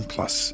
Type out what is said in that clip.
Plus